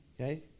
okay